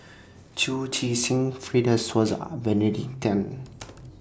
Chu Chee Seng Fred De Souza Benedict Tan